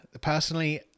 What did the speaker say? personally